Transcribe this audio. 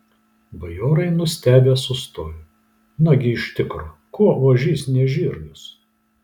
bajorai nustebę sustojo nagi iš tikro kuo ožys ne žirgas